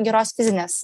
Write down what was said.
geros fizinės